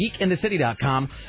GeekIntheCity.com